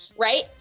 right